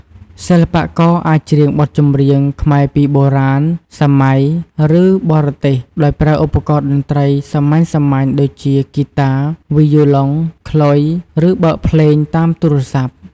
សិល្បករអាចច្រៀងបទចម្រៀងខ្មែរពីបុរាណ សម័យ ឬបរទេស ដោយប្រើឧបករណ៍តន្ត្រីសាមញ្ញៗ ដូចជាហ្គីតា វីយូឡុង ខ្លុយ ឬបើកភ្លេងតាមទូរស័ព្ទ។